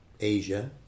Asia